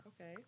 Okay